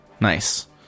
Nice